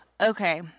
Okay